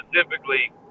specifically